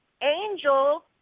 angel